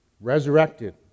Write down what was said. Resurrected